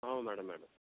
ହଁ madam madam